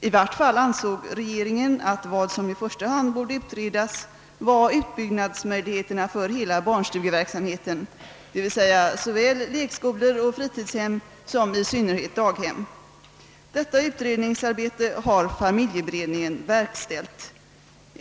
I vart fall ansåg regeringen, att vad som i första hand borde utredas var utbyggnadsmöjligheterna för hela barnstugeverksamheten, d.v.s. såväl lekskolor och fritidshem som i synnerhet daghem. Detta utredningsarbete har familjeberedningen verkställt.